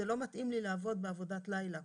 זה לא מתאים לי לעבוד בעבודת לילה,